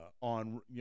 on